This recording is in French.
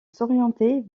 s’orienter